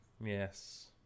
Yes